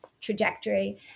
trajectory